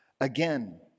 again